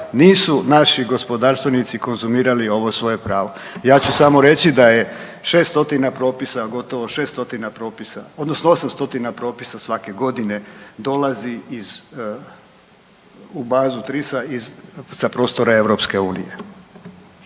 nisu naši gospodarstvenici konzumirali ovo svoje pravo. Ja ću samo reći da je 600 propisa, gotovo 600 propisa odnosno 800 propisa svake godine dolazi iz u bazu TRIS-a iz, sa prostora EU. **Reiner,